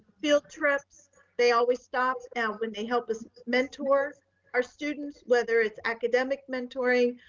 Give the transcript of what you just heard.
field trips. they always stopped out when they help us mentor our students whether it's academic mentoring,